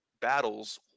battles